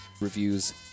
reviews